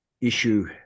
issue